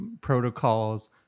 protocols